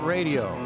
Radio